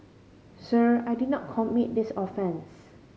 sir I did not commit this offence